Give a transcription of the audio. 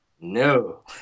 No